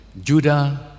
Judah